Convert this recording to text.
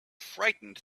frightened